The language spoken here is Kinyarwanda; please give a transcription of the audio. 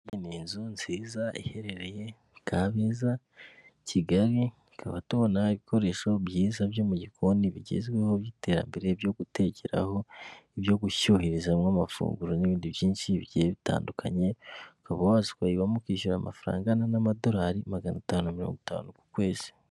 Ni inzu nziza iherereye Kabeza Kigali, tukaba tubona ibikoresho byiza byo mu gikoni bigezweho by'iterambere byo gutekeraho, ibyo gushyuhirizamo amafunguro n'ibindi byinshi bigiye bitandukanye, ukaba waza ukayibamo ukishyurwa amafaranga angana n'amadolari magana atanu mirongo itanu ku kwezi.